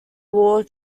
war